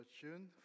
June